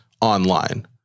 online